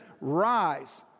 Rise